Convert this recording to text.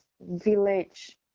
village